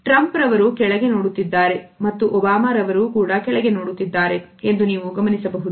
Trump ರವರು ಕೆಳಗೆ ನೋಡುತ್ತಿದ್ದಾರೆ ಮತ್ತು ಒಬಾಮಾ ರವರು ಕೂಡ ಕೆಳಗೆ ನೋಡುತ್ತಿದ್ದಾರೆ ಎಂದು ನೀವು ಗಮನಿಸಬಹುದು